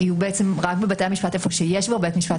רק בבתי המשפט שיש בהם כבר בית משפט